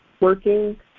working